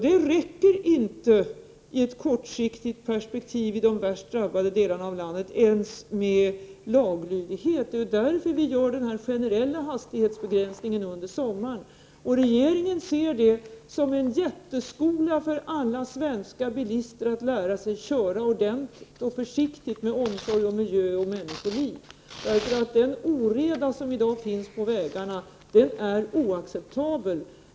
Det räcker inte i ett kortsiktigt perspektiv i de värst drabbade delarna av landet ens med laglydighet. Därför genomför vi en generell hastighetsbegränsning under sommaren. Regeringen ser detta såsom en Prot. 1988/89:118 jätteskola för alla svenska bilister att lära sig köra ordentligt och försiktigt 22 maj 1989 med omsorg om miljö och människoliv. Den oreda som i dag råder på vägarna är oacceptabel.